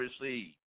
receive